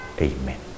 Amen